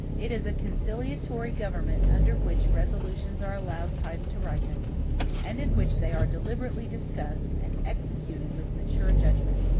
it is a conciliatory government under which resolutions are allowed time to ripen and in which they are deliberately discussed, and executed with mature judgment.